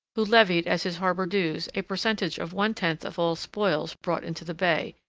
who levied as his harbour dues a percentage of one tenth of all spoils brought into the bay,